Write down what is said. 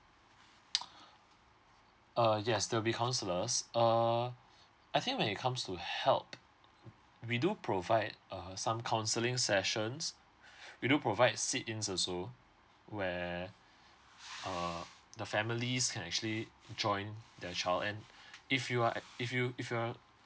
uh yes there will be counsellors uh I think when it comes to help we do provide uh some counselling sessions we do provide sit ins also where err the families can actually join their child in if you are if you if you are